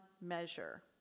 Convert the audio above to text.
measure